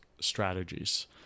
strategies